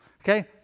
Okay